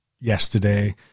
yesterday